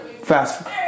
Fast